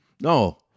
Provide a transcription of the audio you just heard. No